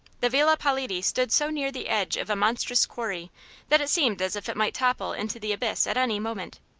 the villa politi stood so near the edge of a monstrous quarry that it seemed as if it might topple into the abyss at any moment.